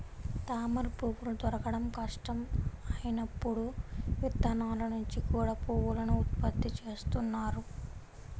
తామరపువ్వులు దొరకడం కష్టం అయినప్పుడు విత్తనాల నుంచి కూడా పువ్వులను ఉత్పత్తి చేస్తున్నారు